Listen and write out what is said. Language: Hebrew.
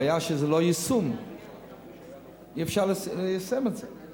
הבעיה היא שאי-אפשר ליישם את זה,